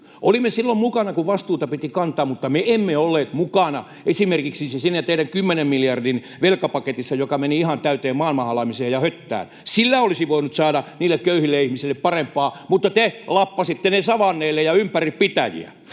olimme silloin mukana, kun vastuuta piti kantaa, mutta me emme olleet mukana esimerkiksi siinä teidän 10 miljardin velkapaketissanne, joka meni ihan täyteen maailmanhalaamiseen ja höttään. Sillä olisi voinut saada niille köyhille ihmisille parempaa, mutta te lappasitte ne savanneille ja ympäri pitäjiä.